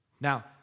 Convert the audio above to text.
Now